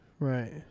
Right